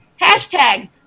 Hashtag